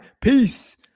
Peace